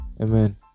Amen